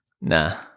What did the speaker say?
Nah